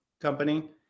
company